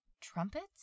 Trumpets